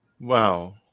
Wow